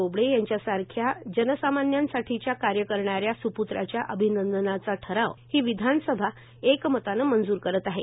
बोबडे यांच्या सारख्या जनसामान्यांच्यासाठी कार्य करणा या सुप्त्राच्या अभिनंदनाचा ठराव ही विधानसभा एकमताने मंजूर करत आहे